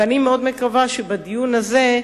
ואני מאוד מקווה שבדיון הזה,